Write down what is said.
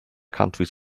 countries